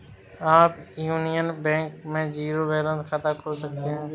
आप Union Bank में zero balance खाता खोल सकते हैं